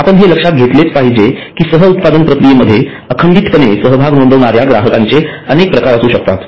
आपण हे लक्षात घेतलेच पाहिजे की सह उत्पादन प्रक्रियेमध्ये अखंडितपणे सहभाग नोंदवणाऱ्या ग्राहकांचे अनेक प्रकार असू शकतात